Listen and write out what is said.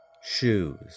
shoes